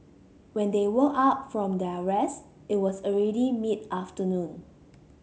when they woke up from their rest it was already mid afternoon